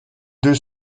deux